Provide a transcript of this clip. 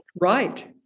Right